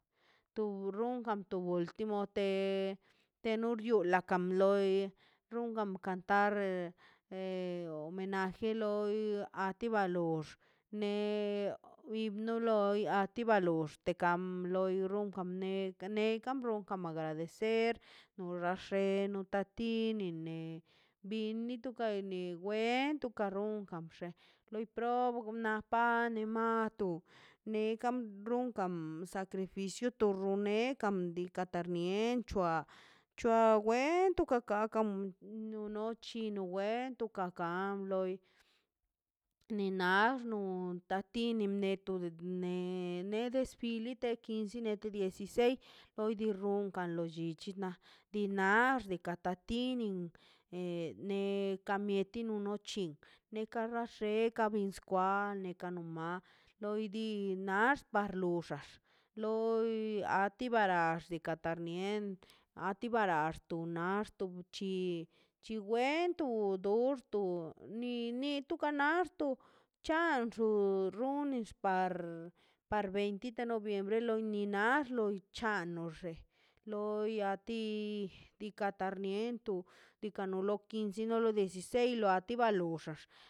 Tu runkan ultimo te te nu rio la loi rumkan kantar re e homenaje loi a ti balo ne wi loi a ti balox te kam loi di runkan ne kan run agradecer no xa xeno ta tini ne binito ke wento ka roon runkan bxe loi pro na pani mato nekan runkan sacrificio tor nekan tu di diikaꞌ tarnien c̱hua c̱hua netoꞌ kaka kam no nu chino wento ka kan loi ninax non tatini neto ni nede desfile quince dieciseis loi dii ronkan lo llichi na di nax dika ta na ne ka mieti uno chin kaga xe ka bins kwale tekano ma loi di nax par luxax loi a ti baraxtika tar mien arax ta axto chi chiwento ondox po ni ni to kanaxto chan xu runix par veinti de noviembre loi ni nar loi c̱hano xe loi a ti diikaꞌ tarnieto dikaꞌ no lo quince dieciseis loba ti balo xax